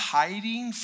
hiding